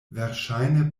verŝajne